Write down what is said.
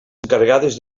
encarregades